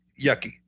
yucky